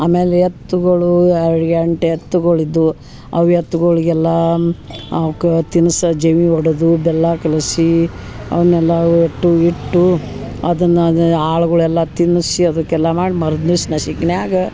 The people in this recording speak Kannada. ಆಮೇಲೆ ಎತ್ಗಳು ಎಂಟು ಎತ್ಗುಳು ಇದ್ವು ಅವ ಎತ್ಗುಳಿಗೆಲ್ಲಾ ಅವ್ಕ ತಿನ್ಸಿ ಜೆವಿ ಹೊಡದು ಬೆಲ್ಲ ಕಲಸಿ ಅವ್ನೆಲ್ಲ ಒಟ್ಟು ಇಟ್ಟು ಅದನ್ನ ಅದು ಆಳ್ಗುಳ ಎಲ್ಲ ತಿನಸಿ ಅದಕ್ಕೆಲ್ಲ ಮಾಡಿ ಮರ್ದಿಸ ನಶಿಕ್ನ್ಯಾಗ